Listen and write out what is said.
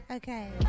okay